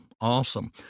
Awesome